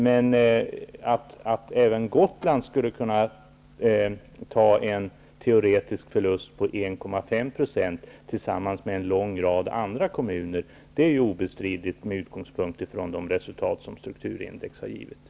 Det är obestridligt att även Gotland, tillsammans med en lång rad andra kommuner, skulle kunna ta en teoretisk förlust på